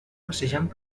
passejant